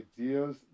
ideas